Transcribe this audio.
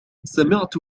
سمعت